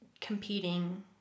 competing